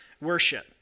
Worship